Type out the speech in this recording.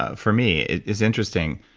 ah for me, is interesting.